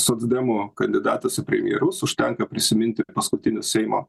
socdemų kandidatas į premjerus užtenka prisiminti paskutinius seimo